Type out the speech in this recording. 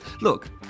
Look